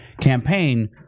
campaign